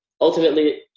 ultimately